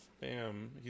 Bam